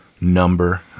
number